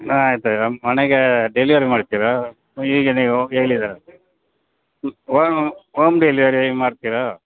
ಆಯ್ತು ಆಯ್ತು ಮನೆಗೆ ಡೆಲಿವೆರಿ ಮಾಡ್ತೀರ ಈಗ ನೀವು ಹೋಗಿ ಹೇಳಿದ್ರಂತ ಹೋಮ್ ಹೋಮ್ ಡೆಲಿವೆರಿ ಮಾಡ್ತೀರಾ